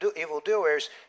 evildoers